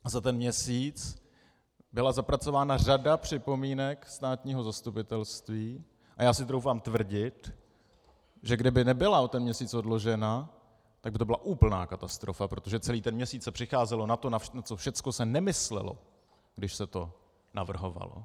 A za ten měsíc byla zapracována řada připomínek státního zastupitelství a já si troufám tvrdit, že kdyby nebyla o ten měsíc odložena, tak by to byla úplná katastrofa, protože celý ten měsíc se přicházelo na to, na co všechno se nemyslelo, když se to navrhovalo.